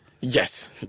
Yes